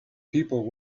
people